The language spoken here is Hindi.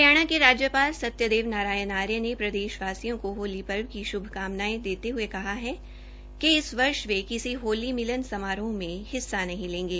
हरियाणा के राज्यपाल सत्यदेव नारायण आर्य ने प्रदेशवासियों को होली पर्व की श्भकामनायें देते हये कहा है कि इस वर्ष वे किसी होली मिलन समारोह में भाग नहीं लेंगे